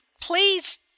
Please